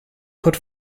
put